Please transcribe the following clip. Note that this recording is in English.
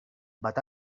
but